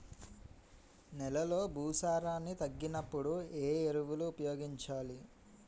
నెలలో భూసారాన్ని తగ్గినప్పుడు, ఏ ఎరువులు ఉపయోగించాలి?